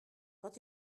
quand